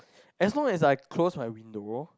as long as I close my window